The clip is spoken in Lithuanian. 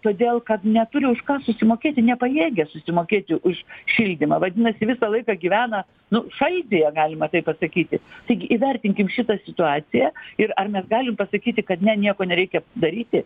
todėl kad neturi už ką susimokėti nepajėgia susimokėti už šildymą vadinasi visą laiką gyvena nu šaltyje galima taip pasakyti taigi įvertinkim šitą situaciją ir ar mes galim pasakyti kad ne nieko nereikia daryti